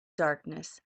darkness